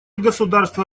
государства